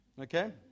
Okay